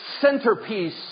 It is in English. centerpiece